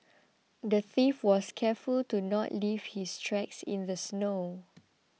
the thief was careful to not leave his tracks in the snow